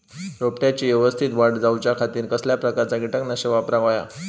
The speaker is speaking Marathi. रोपट्याची यवस्तित वाढ जाऊच्या खातीर कसल्या प्रकारचा किटकनाशक वापराक होया?